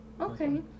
Okay